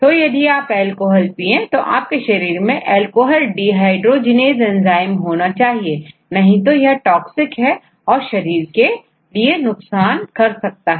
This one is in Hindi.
तो यदि आप अल्कोहल पिए तो आपके शरीर में अल्कोहल dehydrogenase एंजाइम होना चाहिए नहीं तो यह toxic है और शरीर मैं परेशानी कर सकता है